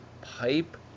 Pipe